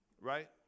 right